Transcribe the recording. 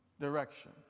direction